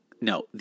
No